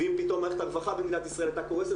ואם פתאום מערכת הרווחה במדינת ישראל הייתה קורסת,